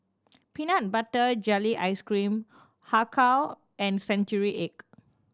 peanut butter jelly ice cream Har Kow and century egg